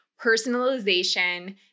personalization